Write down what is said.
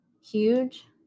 huge